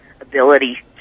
ability